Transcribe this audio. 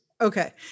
Okay